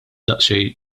daqsxejn